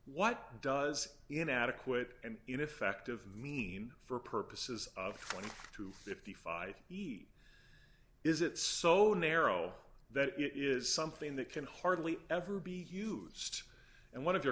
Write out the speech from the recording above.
what does inadequate and ineffective mean for purposes of twenty to fifty five eat is it so narrow that it is something that can hardly ever be used and one of your